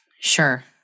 Sure